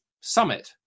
summit